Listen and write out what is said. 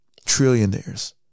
Trillionaires